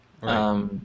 Right